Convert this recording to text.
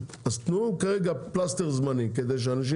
ברור שגם אם יגיע לפתחנו תלונת ציבור כזאת,